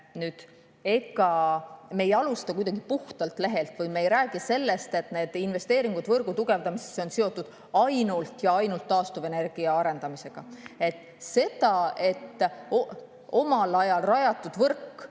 Ega me ei alusta puhtalt lehelt. Me ei räägi sellest, et need investeeringud võrgu tugevdamisse on seotud ainult ja ainult taastuvenergia arendamisega. Seda, et omal ajal rajatud võrk